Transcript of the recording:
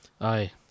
Aye